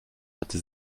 hatte